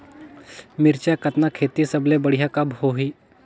मिरचा कतना खेती सबले बढ़िया कब होही?